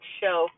show